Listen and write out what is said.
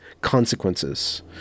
consequences